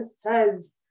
says